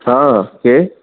हाँ के